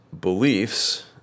beliefs